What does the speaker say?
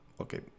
okay